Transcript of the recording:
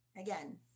Again